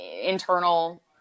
internal